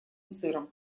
сыром